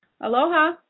Aloha